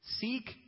seek